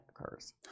occurs